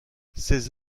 ces